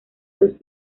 dos